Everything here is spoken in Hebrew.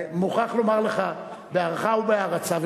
אני מוכרח לומר לך בהערכה ובהערצה,